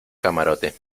camarote